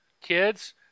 Kids